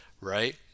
right